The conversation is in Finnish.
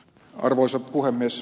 arvoisa puhemies